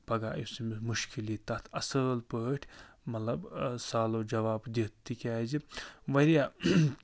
پگاہ یُس أمِس مُشکِل یِیہِ تتھ اَصٕل پٲٹھۍ مطلب سالوٗ جواب دِتھ تِکیٛازِ وارِیاہ